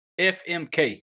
FMK